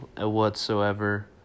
whatsoever